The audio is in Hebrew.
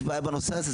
יש בעיה בנושא הזה,